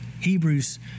Hebrews